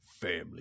Family